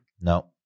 No